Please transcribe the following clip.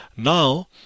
Now